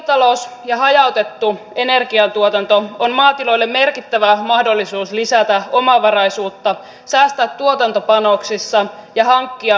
kiertotalous ja hajautettu energiantuotanto on maatiloille merkittävä mahdollisuus lisätä omavaraisuutta säästää tuotantopanoksissa ja hankkia sivutuloja